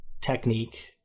technique